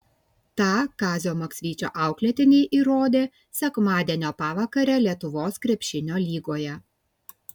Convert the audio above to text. tą kazio maksvyčio auklėtiniai įrodė sekmadienio pavakarę lietuvos krepšinio lygoje